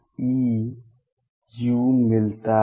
u मिलता है